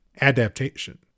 Adaptation